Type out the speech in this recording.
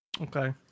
Okay